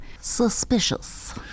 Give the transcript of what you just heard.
Suspicious